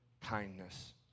kindness